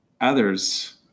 others